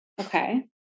Okay